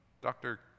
doctor